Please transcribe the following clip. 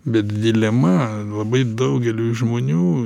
bet dilema labai daugeliui žmonių